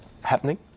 happening